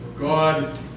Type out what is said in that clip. God